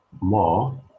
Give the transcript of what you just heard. more